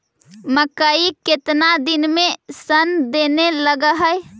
मकइ केतना दिन में शन देने लग है?